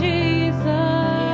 Jesus